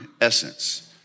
essence